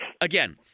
Again